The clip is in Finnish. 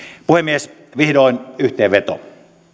puhemies vihdoin yhteenveto